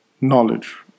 knowledge